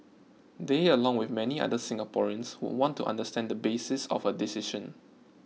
they along with many other Singaporeans would want to understand the basis of her decision